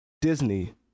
disney